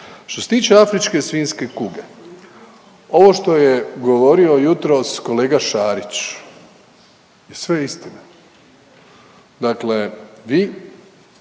Što se tiče afričke svinjske kuge, ovo što je govorio jutros kolega Šarić je sve istina. Dakle, vi